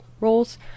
roles